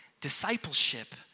Discipleship